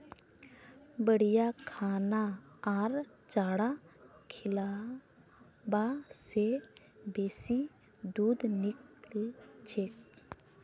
बढ़िया खाना आर चारा खिलाबा से बेसी दूध निकलछेक